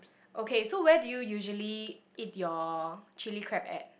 okay so where do you usually eat your chilli crab at